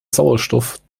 sauerstoff